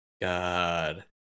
God